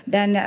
Dan